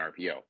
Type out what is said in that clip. RPO